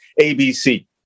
ABC